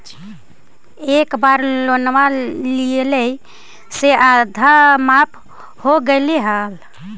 एक बार लोनवा लेलियै से आधा माफ हो गेले हल?